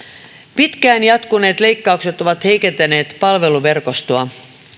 pitkään jatkuneet leikkaukset ovat heikentäneet palveluverkostoa